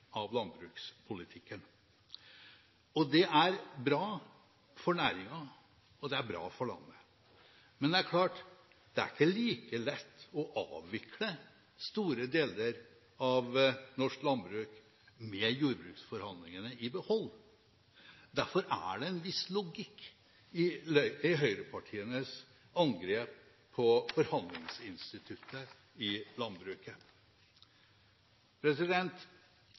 av landbrukspolitikken. Det er bra for næringen, og det er bra for landet. Men det er klart: Det er ikke like lett å avvikle store deler av norsk landbruk med jordbruksforhandlingene i behold. Derfor er det en viss logikk i høyrepartienes angrep på forhandlingsinstituttet i landbruket.